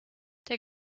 der